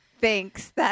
Thanks